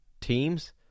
teams